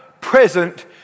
present